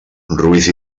ruiz